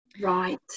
right